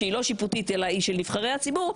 שהיא לא שיפוטית אלא היא של נבחרי הציבור,